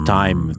time